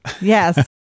Yes